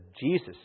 Jesus